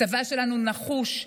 הצבא שלנו נחוש,